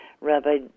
Rabbi